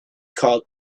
called